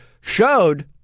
showed